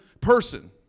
person